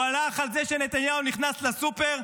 הוא הלך על זה שנתניהו נכנס לסופר,